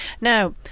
Now